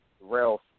rail